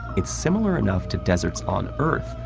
it's similar enough to deserts on earth,